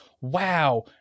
wow